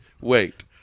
Wait